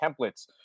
templates